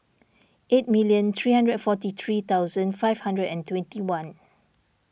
eight million three hundred and forty three thousand five hundred and twenty one